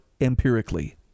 empirically